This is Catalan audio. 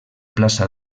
plaça